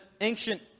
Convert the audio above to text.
ancient